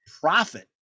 profit